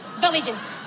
villages